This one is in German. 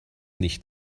nicht